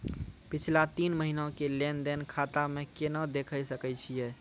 पिछला तीन महिना के लेंन देंन खाता मे केना देखे सकय छियै?